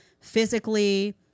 physically